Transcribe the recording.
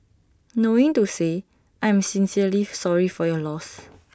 knowing to say I am sincerely sorry for your loss